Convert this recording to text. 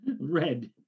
red